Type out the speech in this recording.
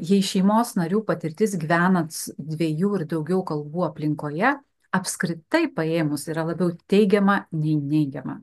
jei šeimos narių patirtis gyvenant dviejų ir daugiau kalbų aplinkoje apskritai paėmus yra labiau teigiama nei neigiama